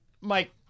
Mike –